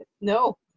no